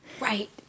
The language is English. Right